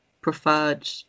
preferred